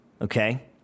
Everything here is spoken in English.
okay